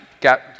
got